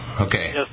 Okay